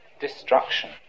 destruction